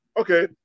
Okay